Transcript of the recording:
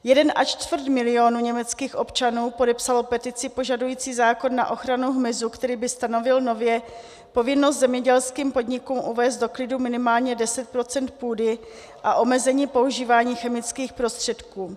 Jeden a čtvrt milionu německých občanů podepsalo petici požadující zákon na ochranu hmyzu, který by stanovil nově povinnost zemědělským podnikům uvést do klidu minimálně 10 % půdy a omezení používání chemických prostředků.